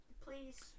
Please